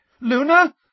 Luna